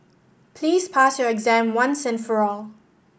please pass your exam once and for all